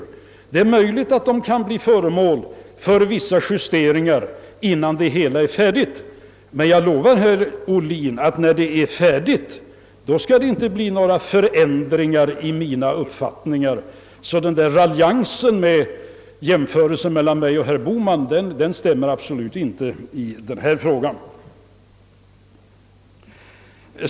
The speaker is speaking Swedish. Det är möj ligt att det kan bli vissa justeringar innan det hela är färdigt. Men jag lovar herr Ohlin att när systemet är färdigt, så skall det inte bli några ändringar i mina uppfattningar. Den raljanta jämförelsen mellan mig och herr Bohman stämmer således absolut inte i denna fråga.